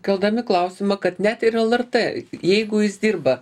keldami klausimą kad net ir lrt jeigu jis dirba